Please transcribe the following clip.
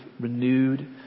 renewed